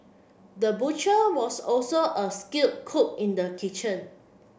the butcher was also a skilled cook in the kitchen